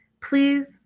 Please